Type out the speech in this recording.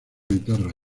guitarra